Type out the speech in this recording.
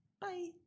bye